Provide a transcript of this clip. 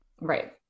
Right